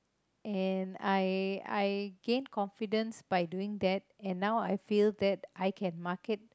and I I gained confidence by doing that and now I feel that I can market